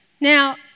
Now